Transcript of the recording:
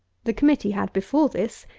the committee had, before this,